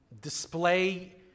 display